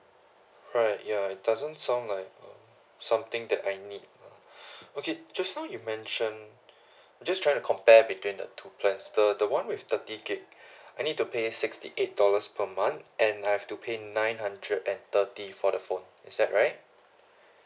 right ya it doesn't sound like something that I need okay just now you mention just trying to compare between the two plans the the one with thirty gig I need to pay sixty eight dollars per month and I have to pay nine hundred and thirty for the phone is that right